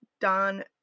Don